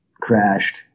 crashed